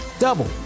Double